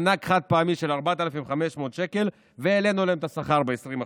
מענק חד-פעמי של 4,500 שקל והעלינו להם את השכר ב-20%.